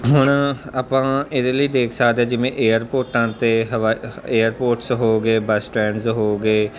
ਹੁਣ ਆਪਾਂ ਇਹਦੇ ਲਈ ਦੇਖ ਸਕਦੇ ਹਾਂ ਜਿਵੇਂ ਏਅਰਪੋਰਟਾਂ 'ਤੇ ਹਵਾਈ ਹ ਏਅਰਪੋਰਟਸ ਹੋ ਗਏ ਬੱਸ ਸਟੈਂਡਸ ਹੋ ਗਏ